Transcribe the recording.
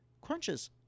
crunches